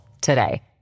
today